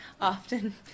often